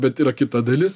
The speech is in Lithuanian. bet yra kita dalis